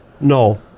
No